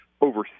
over